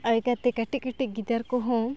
ᱟᱭ ᱠᱟᱛᱮᱫ ᱠᱟᱹᱡᱤᱡ ᱠᱟᱹᱴᱤᱡ ᱜᱤᱫᱟᱹᱨ ᱠᱚᱦᱚᱸ